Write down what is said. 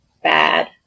bad